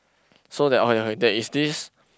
so that one okay okay there is this